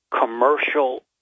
commercial